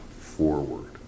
forward